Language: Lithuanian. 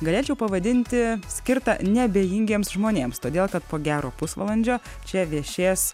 galėčiau pavadinti skirta neabejingiems žmonėms todėl kad po gero pusvalandžio čia viešės